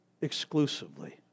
exclusively